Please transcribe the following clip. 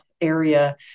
area